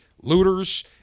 looters